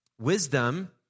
Wisdom